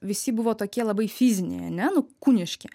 visi buvo tokie labai fiziniai ane nu kūniški